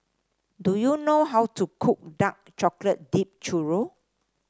do you know how to cook Dark Chocolate Dipped Churro